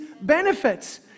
benefits